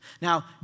Now